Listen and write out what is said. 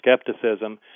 skepticism